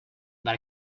but